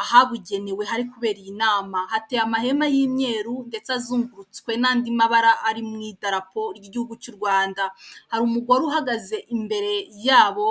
ahabugenewe hari kubera iyi nama, hateye amahema y'imyeru ndetse azungurutswe n'andi mabara ari mu idarapo ry'igihugu cy'u Rwanda, hari umugore uhagaze imbere yabo